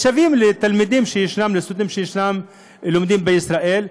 אז שווים לסטודנטים שלומדים בישראל,